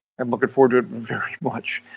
i'm looking forward to it very much,